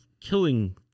killing